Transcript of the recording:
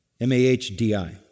M-A-H-D-I